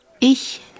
Ich